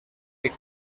que